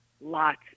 lots